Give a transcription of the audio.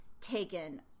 taken